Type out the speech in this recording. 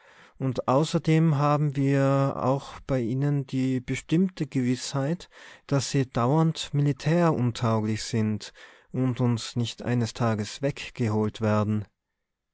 und außerdem haben wir auch bei ihnen die bestimmte gewißheit daß sie dauernd militäruntauglich sind und uns nicht eines tages weggeholt werden